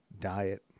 diet